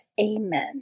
Amen